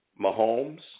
Mahomes